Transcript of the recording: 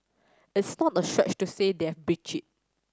it's not a stretch to say they've breached it